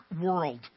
world